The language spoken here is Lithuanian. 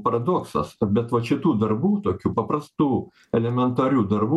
paradoksas bet vat šitų darbų tokių paprastų elementarių darbų